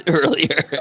earlier